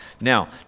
Now